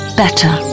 better